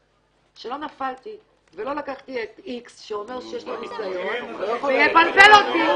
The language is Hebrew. שלא נפלתי ולא לקחתי את X שאומר שיש לו ניסיון --- מדריך עם רישיון.